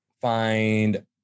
find